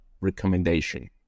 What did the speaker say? recommendation